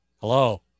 Hello